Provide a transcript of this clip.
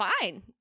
fine